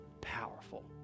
Powerful